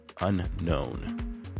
unknown